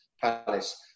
Palace